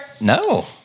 No